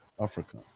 Africa